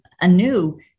anew